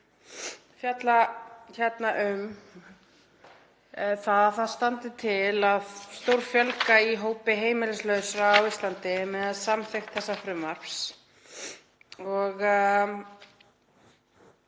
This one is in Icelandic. fjalla um að það standi til að stórfjölga í hópi heimilislausra á Íslandi með samþykkt þessa frumvarps.